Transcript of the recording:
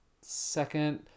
second